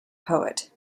poet